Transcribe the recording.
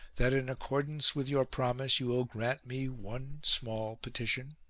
that in accordance with your promise you will grant me one small petition.